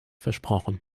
versprochen